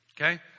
Okay